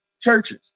churches